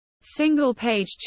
single-page